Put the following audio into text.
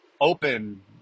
open